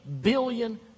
billion